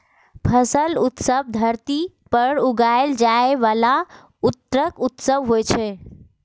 फसल उत्सव धरती पर उगाएल जाइ बला अन्नक उत्सव होइ छै